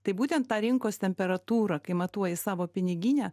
tai būtent tą rinkos temperatūrą kai matuoji savo piniginę